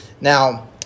Now